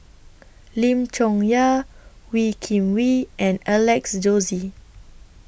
Lim Chong Yah Wee Kim Wee and Alex Josey